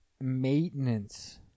maintenance